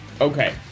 Okay